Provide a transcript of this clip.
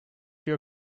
your